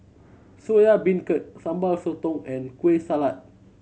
Soya Beancurd Sambal Sotong and Kueh Salat